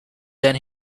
then